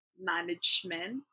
management